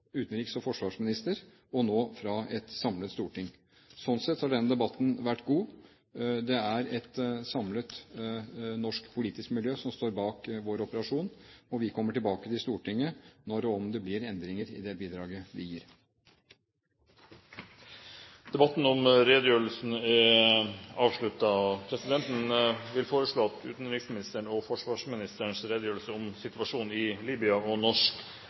utenriks- og forsvarsminister – og nå fra et samlet storting. Sånn sett har denne debatten vært god. Det er et samlet norsk politisk miljø som står bak vår operasjon. Vi kommer tilbake til Stortinget når og om det blir endringer i det bidraget vi gir. Debatten i sak nr. 1 er avsluttet. Presidenten vil foreslå at utenriksministerens og forsvarsministerens redegjørelser om situasjonen i Libya og norsk